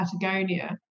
Patagonia